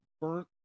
burnt